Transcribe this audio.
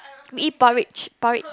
we eat porridge porridge